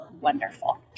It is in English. wonderful